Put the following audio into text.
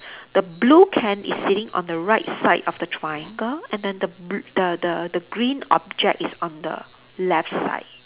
the blue can is sitting on the right side of the triangle and then the bl~ the the the green object is on the left side